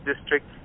district